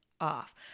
off